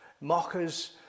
mockers